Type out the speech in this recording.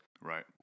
right